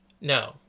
No